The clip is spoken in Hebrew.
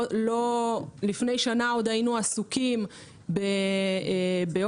לפני שנה עוד היינו עסוקים באומיקרון,